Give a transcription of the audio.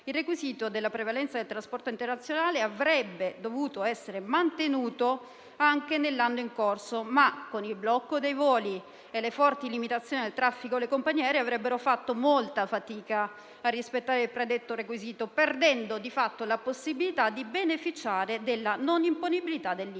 il requisito della prevalenza del trasporto internazionale avrebbe dovuto essere mantenuto anche nell'anno in corso, ma, con il blocco dei voli e le forti limitazioni del traffico, le compagnie aeree avrebbero fatto molta fatica a rispettare il predetto requisito, perdendo di fatto la possibilità di beneficiare della non imponibilità dell'IVA.